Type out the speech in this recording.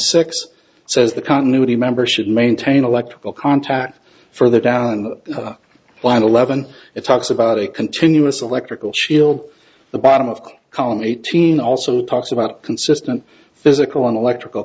six says the continuity member should maintain electrical contact further down the line eleven it talks about a continuous electrical shield the bottom of the colony eighteen also talks about consistent physical and electrical